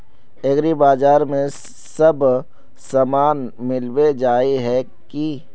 एग्रीबाजार में सब सामान मिलबे जाय है की?